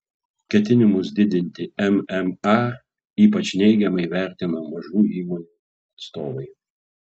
ketinimus didinti mma ypač neigiamai vertina mažų įmonių atstovai